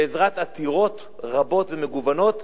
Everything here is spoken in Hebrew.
ובעזרת עתירות רבות ומגוונות